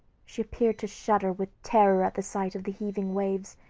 she appeared to shudder with terror at the sight of the heaving waves,